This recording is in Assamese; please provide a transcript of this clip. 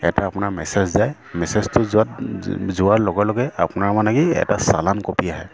এটা আপোনাৰ মেছেজ যায় মেছেজটো যোৱাত যোৱাৰ লগে লগে আপোনাৰ মানে কি এটা চালান কপি আহে